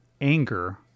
anger